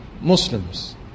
Muslims